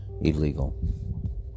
illegal